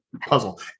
puzzle